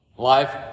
Life